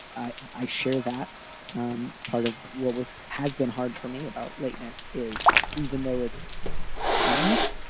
i share that um part of what was has been hard for me about lateness is even though it's chronic,